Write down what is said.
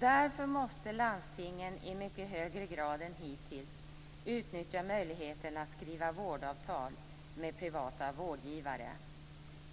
Därför måste landstingen i mycket högre grad än hittills utnyttja möjligheten att skriva vårdavtal med privata vårdgivare.